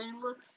look